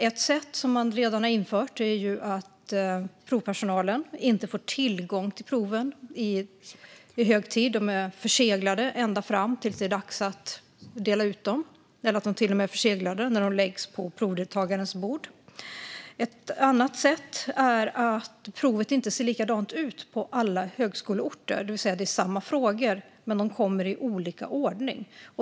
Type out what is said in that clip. Ett sätt som redan har införts är att provpersonalen inte får tillgång till proven i förväg. Proven är förseglade fram tills det är dags att dela ut dem, eller till och med när de läggs på provdeltagarens bord. Ett annat sätt är att provet inte ser likadant ut på alla högskoleorter, det vill säga att det är samma frågor men att de kommer i olika ordning.